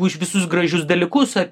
už visus gražius dalykus